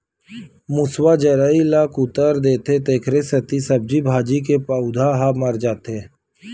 मूसवा जरई ल कुतर देथे तेखरे सेती सब्जी भाजी के पउधा ह मर जाथे